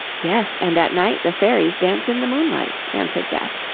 yes, and at night the fairies dance in the moonlight, answered beth,